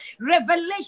Revelation